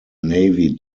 navy